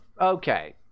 okay